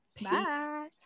Bye